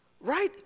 Right